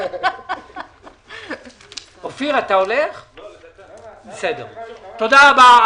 תודה רבה.